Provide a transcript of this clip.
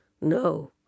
no